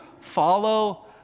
Follow